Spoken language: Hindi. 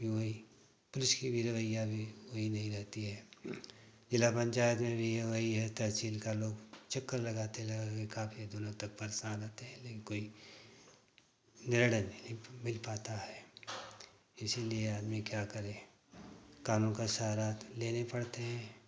यूँ ही पुलिस का भी रवैया भी सही नहीं रहता है ज़िला पंचायत में भी यह वही है तहसील का लोग चक्कर लगाते लगाते काफ़ी दिनों तक परेशान होते हैं लेकिन कोई निर्णय नहीं मिल पाता है इसी लिए आदमी क्या करें क़ानून का सहारा लेने पड़ते हैं